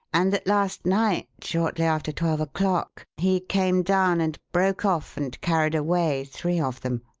and that last night shortly after twelve o'clock he came down and broke off and carried away three of them.